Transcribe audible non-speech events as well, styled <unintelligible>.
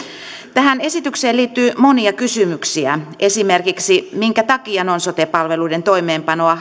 tähän esitykseen liittyy monia kysymyksiä esimerkiksi minkä takia non sote palveluiden toimeenpanoa <unintelligible>